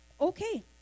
Okay